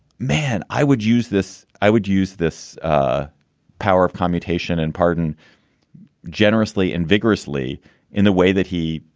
man, i would use this i would use this ah power of commutation and pardon generously and vigorously in the way that he.